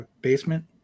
basement